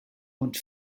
und